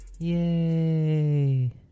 Yay